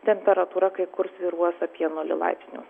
temperatūra kai kur svyruos apie nulį laipsnių